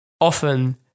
often